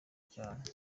cyane